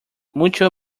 mucho